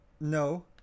No